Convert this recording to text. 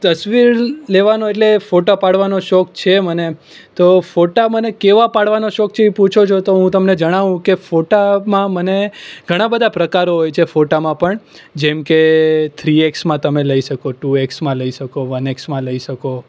તસવીર લેવાનો એટલે ફોટા પાડવાનો શોખ છે મને તો ફોટા મને કેવાં પડવાનો શોખ છે એ પૂછો છો તો હું તમને જાણવું કે ફોટામાં મને ઘણા બધા પ્રકારો હોય છે ફોટામાં પણ જેમકે થ્રી એક્સમાં તમે લઇ શકો ટુ એક્સમાં લઇ શકો વન એક્સમાં લઇ શકો